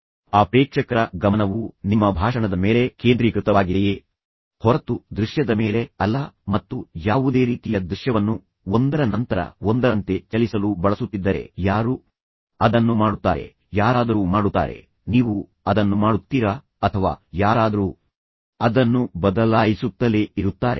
ಆದ್ದರಿಂದ ಆ ಪ್ರೇಕ್ಷಕರ ಗಮನವು ನಿಮ್ಮ ಭಾಷಣದ ಮೇಲೆ ಕೇಂದ್ರೀಕೃತವಾಗಿದೆಯೇ ಹೊರತು ದೃಶ್ಯದ ಮೇಲೆ ಅಲ್ಲ ಮತ್ತು ನೀವು ಪವರ್ ಪಾಯಿಂಟ್ ಅಥವಾ ಯಾವುದೇ ರೀತಿಯ ದೃಶ್ಯವನ್ನು ಒಂದರ ನಂತರ ಒಂದರಂತೆ ಚಲಿಸಲು ಬಳಸುತ್ತಿದ್ದರೆ ಯಾರು ಅದನ್ನು ಮಾಡುತ್ತಾರೆ ಯಾರಾದರೂ ಮಾಡುತ್ತಾರೆ ನೀವು ಅದನ್ನು ಮಾಡುತ್ತೀರಾ ಅಥವಾ ಯಾರಾದರೂ ಅದನ್ನು ಬದಲಾಯಿಸುತ್ತಲೇ ಇರುತ್ತಾರೆ